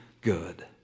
good